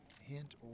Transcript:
hint